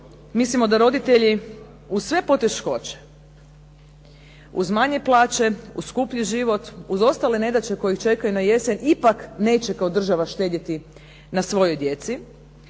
mislimo da roditelji uz sve poteškoće, uz manje plaće, uz skuplji život, uz ostale nedaće koje ih čekaju na jesen ipak neće kao država štedjeti na svojoj djeci,